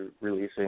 releasing